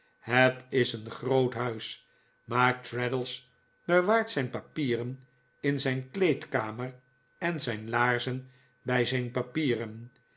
het is een groot huis maar traddles bewaart zijn papieren in zijn kleedkamer en zijn laarzen bij zijn papieren